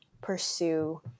pursue